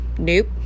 nope